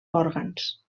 òrgans